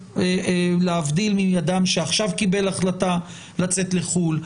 להבדיל מאדם שעכשיו קיבל החלטה לצאת לחו"ל.